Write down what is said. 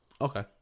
Okay